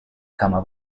cama